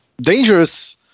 dangerous